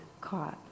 caught